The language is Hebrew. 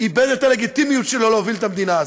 איבד את הלגיטימיות שלו להוביל את המדינה הזאת,